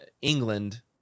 england